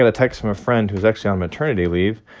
ah text from a friend, who's actually on maternity leave.